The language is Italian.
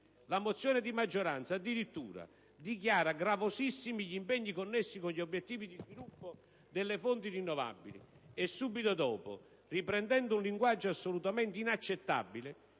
La mozione di maggioranza addirittura dichiara «gravosissimi» gli impegni connessi con gli obiettivi di sviluppo delle fonti rinnovabili e, subito dopo, riprendendo un linguaggio assolutamente inaccettabile,